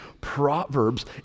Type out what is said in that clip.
Proverbs